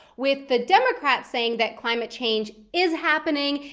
with the democrats saying that climate change is happening,